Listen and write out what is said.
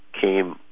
came